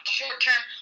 short-term